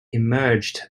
emerged